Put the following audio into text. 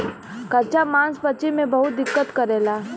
कच्चा मांस पचे में बहुत दिक्कत करेला